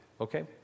Okay